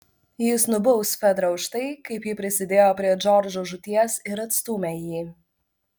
jis nubaus fedrą už tai kaip ji prisidėjo prie džordžo žūties ir atstūmė jį